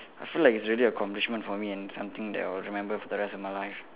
I feel like it's really a accomplishment for me and something that I would remember for the rest in my life